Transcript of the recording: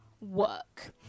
work